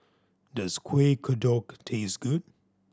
does Kueh Kodok taste good